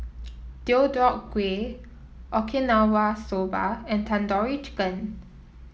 Deodeok Gui Okinawa Soba and Tandoori Chicken